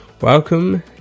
welcome